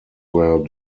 were